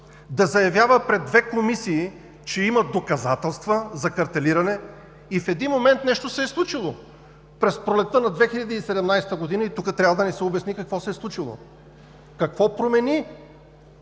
да заявява пред две комисии, че има доказателства за картелиране и в един момент нещо се е случило през пролетта на 2017 г., и тук трябва да ни се обясни какво се е случило. Какво промени